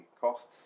costs